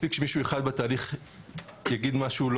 מספיק שמישהו אחד בתהליך יגיד משהו,